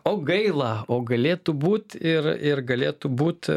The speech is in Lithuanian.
o gaila o galėtų būt ir ir galėtų būt